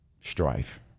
strife